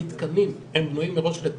המתקנים הם בנויים מראש לתרבות.